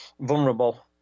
vulnerable